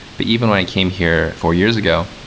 but even when i came here four years ago,